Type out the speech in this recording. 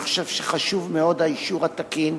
אני חושב שחשוב מאוד אישור הניהול התקין